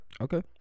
Okay